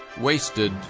wasted